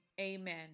amen